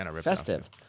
festive